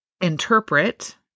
interpret